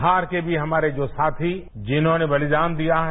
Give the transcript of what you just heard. बिहार के भी हमारे जो साथी जिन्होंने बलिदान दिया है